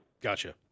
Gotcha